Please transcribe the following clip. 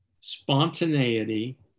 spontaneity